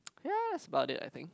ya that's about it I think